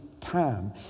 time